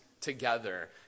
together